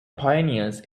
pioneers